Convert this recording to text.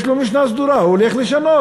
יש לו משנה סדורה, הוא הולך לשנות.